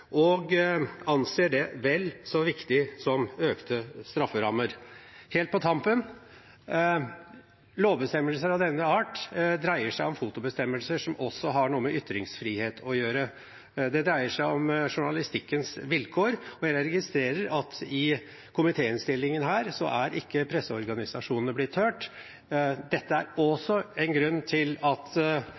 og anser det vel så viktig som økte strafferammer. Helt på tampen: Lovbestemmelser av denne art dreier seg om fotobestemmelser som også har noe med ytringsfrihet å gjøre. Det dreier seg om journalistikkens vilkår, og jeg registrerer at i denne komitéinnstillingen er ikke presseorganisasjonene blitt hørt. Det er også en grunn til at